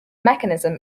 mechanism